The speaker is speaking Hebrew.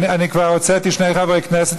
אני כבר הוצאתי שני חברי כנסת,